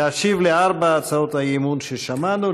להשיב על ארבע הצעות האי-אמון ששמענו.